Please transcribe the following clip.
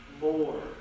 more